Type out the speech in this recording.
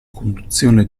conduzione